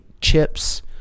chips